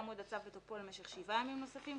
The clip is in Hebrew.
יעמוד הצו בתוקפו למשך שבעה ימים נוספים,